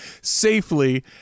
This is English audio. safely